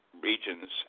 regions